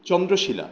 Chandrashila